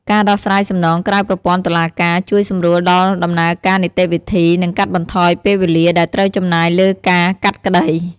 ការដោះស្រាយសំណងក្រៅប្រព័ន្ធតុលាការ ជួយសម្រួលដល់ដំណើរការនីតិវិធី និងកាត់បន្ថយពេលវេលាដែលត្រូវចំណាយលើការកាត់ក្តី។